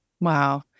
Wow